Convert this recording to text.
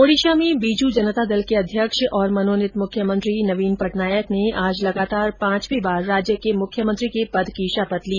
ओडिशा में बीजू जनता दल के अध्यक्ष और मनोनीत मुख्यमंत्री नवीन पटनायक ने आज लगातार पांचवीं बार राज्य के मुख्यमंत्री के पद की शपथ ली